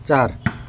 चार